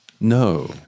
no